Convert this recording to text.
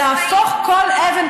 להפוך כל אבן,